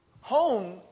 Home